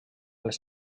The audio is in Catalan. les